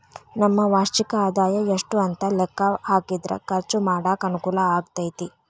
ನಮ್ಮ ವಾರ್ಷಿಕ ಆದಾಯ ಎಷ್ಟು ಅಂತ ಲೆಕ್ಕಾ ಹಾಕಿದ್ರ ಖರ್ಚು ಮಾಡಾಕ ಅನುಕೂಲ ಆಗತೈತಿ